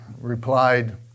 replied